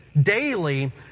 daily